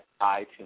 iTunes